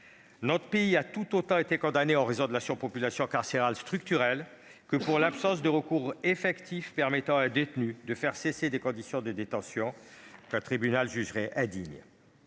Notre pays a tout autant été condamné en raison de la surpopulation carcérale structurelle que pour l'absence de recours effectif permettant à un détenu de faire cesser des conditions de détention qu'un tribunal jugerait indignes.